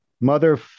Mother